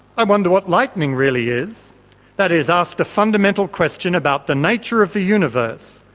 i wonder what lightning really is that is asked the fundamental question about the nature of the universe,